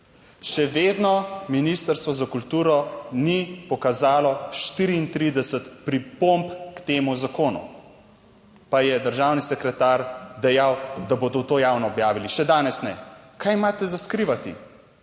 Še vedno Ministrstvo za kulturo ni pokazalo 34 pripomb k temu zakonu, pa je državni sekretar dejal, da bodo to javno objavili še danes naj. Kaj imate za skrivati?